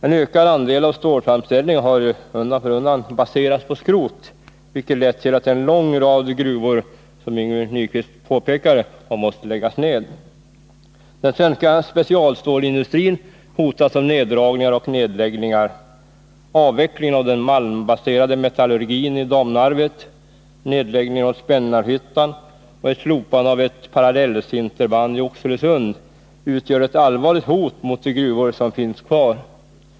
En ökad andel av stålframställningen har undan för undan baserats på skrot, vilket lett till att en lång rad gruvor, som Yngve Nyquist påpekade, har måst läggas ned. Den svenska specialstålsindustrin hotas av neddragningar och nedläggningar. Avvecklingen av den malmbaserade metallurgin i Domnarvet, nedläggningen av Spännarhyttan och ett slopande av ett parallellsinterband i Oxelösund utgör ett allvarligt hot mot de gruvor som finns kvar.